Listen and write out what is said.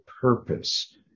purpose